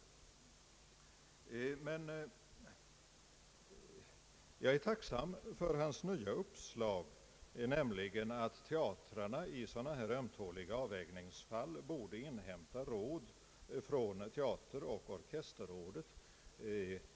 Jag är emellertid tacksam för statsrådets nya uppslag, nämligen att teatrarna i såda na här ömtåliga avvägningsfall borde inhämta råd från teateroch orkesterrådet.